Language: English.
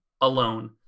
alone